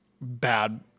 bad